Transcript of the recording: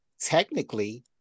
technically